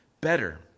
better